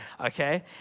okay